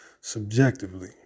subjectively